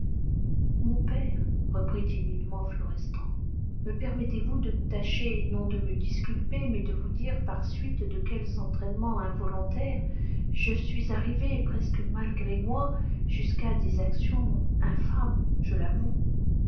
mon père reprit timidement florestan me permettez-vous de tâcher non de me disculper mais de vous dire par suite de quels entraînements involontaires je suis arrivé presque malgré moi jusqu'à des actions infâmes je l'avoue